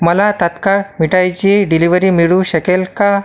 मला तात्काळ मिठाईची डिलिव्हरी मिळू शकेल का